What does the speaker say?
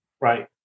Right